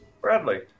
Bradley